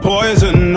Poison